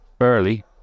early